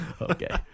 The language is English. okay